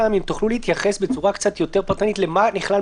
אם תוכלו להתייחס בצורה קצת יותר פרטנית מה נכלל,